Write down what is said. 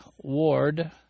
ward